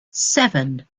seven